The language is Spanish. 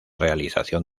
realización